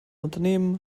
unternehmen